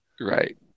Right